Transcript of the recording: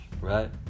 right